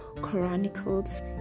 Chronicles